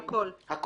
הכול.